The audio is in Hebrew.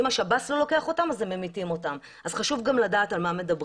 אז חשוב גם לדעת על מה מדברים.